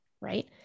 right